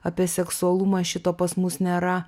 apie seksualumą šito pas mus nėra